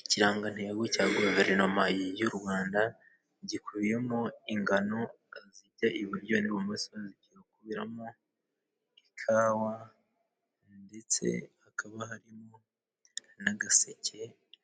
Ikirangantego cya guverinoma y'u Rwanda gikubiyemo ingano zijya iburyo n'ibumoso. Gikubiyemo ikawa ,ndetse hakaba harimo n'agaseke.